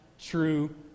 true